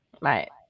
Right